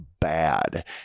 bad